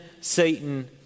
Satan